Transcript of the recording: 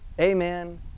amen